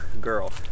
girl